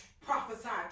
prophesied